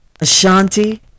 Ashanti